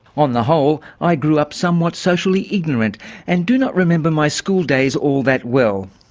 on the whole, i grew up somewhat socially ignorant and do not remember my school days all that well.